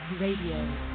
Radio